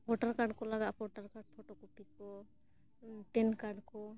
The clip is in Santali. ᱵᱷᱳᱴᱟᱨ ᱠᱟᱨᱰ ᱠᱚ ᱞᱟᱜᱟᱜᱼᱟ ᱵᱷᱳᱴᱟᱨ ᱠᱟᱨᱰ ᱯᱷᱳᱴᱳ ᱠᱚᱯᱤ ᱠᱚ ᱯᱮᱱ ᱠᱟᱨᱰ ᱠᱚ